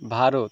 Bharat